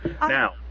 Now